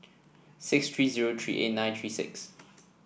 six three zero three eight nine three six